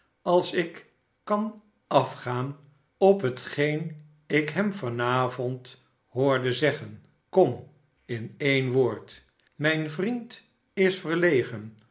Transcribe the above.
als ik kan afgaan op hetgeen ik hem van avond hoorde zeggen kom in e'en woord mijn vriend is verlegen